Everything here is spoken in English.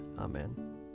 Amen